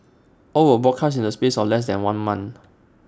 all were broadcast in the space of less than one month